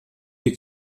die